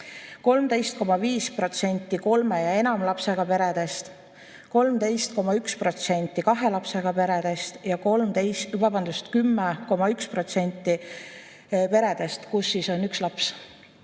13,5% kolme ja enama lapsega peredest, 13,1% kahe lapsega peredest ja 10,1% peredest, kus on üks laps.